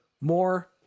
more